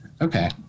Okay